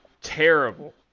terrible